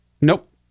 Nope